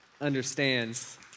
understands